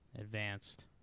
advanced